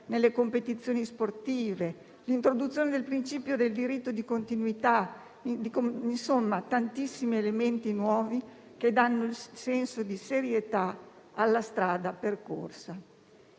nelle competizioni sportive e l'introduzione del principio del diritto di continuità sono i tantissimi nuovi elementi che danno il senso di serietà alla strada percorsa.